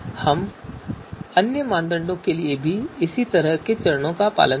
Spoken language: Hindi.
हम अन्य मानदंडों के लिए भी इसी तरह के चरणों का पालन करेंगे